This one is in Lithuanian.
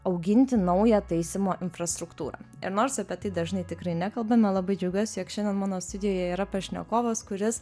auginti naują taisymo infrastruktūrą ir nors apie tai dažnai tikrai nekalbame labai džiaugiuosi jog šiandien mano studijoje yra pašnekovas kuris